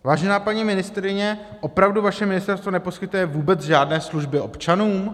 Vážená paní ministryně, opravdu vaše ministerstvo neposkytuje vůbec žádné služby občanům?